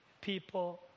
people